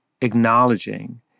acknowledging